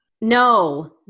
No